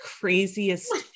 craziest